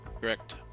Correct